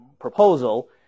proposal